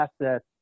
assets